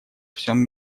всем